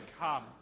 come